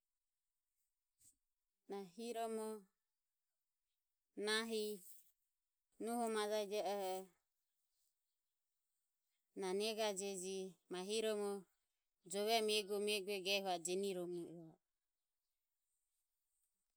Na hiromo nahi nuho majai jieoho na negajegi nahi hiromo jovem eguo eguego ehi va oh jeniromo i rohego